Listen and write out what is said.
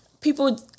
people